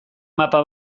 mapa